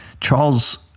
Charles